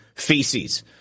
Feces